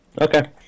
Okay